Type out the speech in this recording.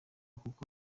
kuko